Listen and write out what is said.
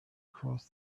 cross